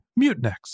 Mutinex